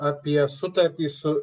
apie sutartį su